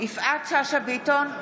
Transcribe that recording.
יפעת שאשא ביטון,